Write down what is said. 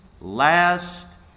last